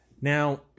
Now